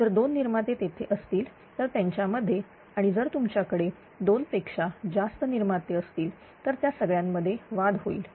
जर दोन निर्माते तेथे असतील तर त्यांच्यामध्ये आणि जर तुमच्याकडे दोन पेक्षा जास्त निर्माते असतील तर त्या सगळ्यांमध्ये युद्ध होईल